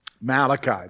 Malachi